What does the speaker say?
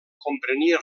comprenia